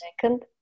second